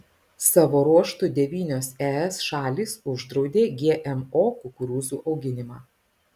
savo ruožtu devynios es šalys uždraudė gmo kukurūzų auginimą